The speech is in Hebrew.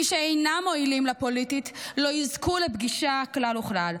מי שאינם מועילים לה פוליטית לא יזכו לפגישה כלל וכלל.